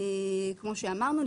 כמו שאמרנו,